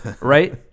Right